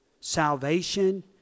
salvation